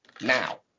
now